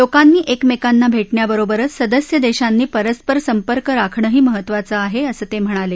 लोकांनी एकमेकांना भेटण्याबरोबरच सदस्य देशांनी परस्पर संपर्क राखणंही महत्त्वाचं आहे असं ते म्हणाले